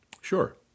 sure